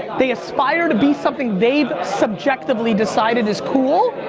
they aspire to be something they've subjectively decided is cool